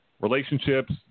relationships